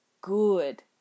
good